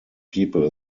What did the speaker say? people